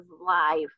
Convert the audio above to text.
life